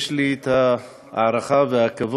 יש לי את ההערכה והכבוד